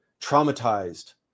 traumatized